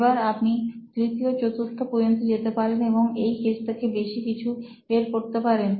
এবার আপনি তৃতীয় চতুর্থ পর্যন্ত যেতে পারেন এবং এই কেস থেকে বেশি কিছু বের করতে পারেন